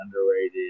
underrated